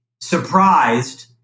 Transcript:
surprised